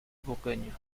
bourgogne